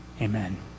Amen